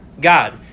God